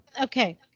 okay